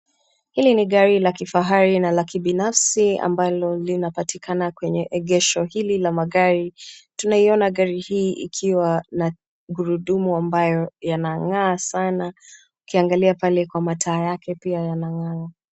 Hili ni gari la kifahari na la kibinafsi ambalo linapatikana kwenye egesho hili la magari tunaiona gari hii ikiwa na magurudumu ambayo yanang'aa sana, ukiangalia pale kwa mataa yake pia yanang'aa.